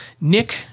Nick